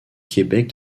québec